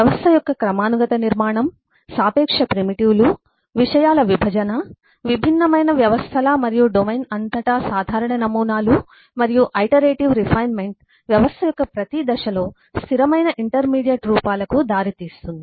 వ్యవస్థ యొక్క క్రమానుగత నిర్మాణం సాపేక్ష ప్రిమిటివ్ లు విషయాల విభజన విభిన్నమైన వ్యవస్థల మరియు డొమైన్ అంతటా సాధారణ నమూనాలు మరియు ఐటరేటివ్ రిఫైన్మెంట్ వ్యవస్థ యొక్క ప్రతి దశలో స్థిరమైన ఇంటర్మీడియట్ రూపాలకు దారితీస్తుంది